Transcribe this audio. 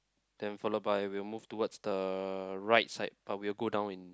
then followed by we'll move towards the right side but we will go down in